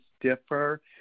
differ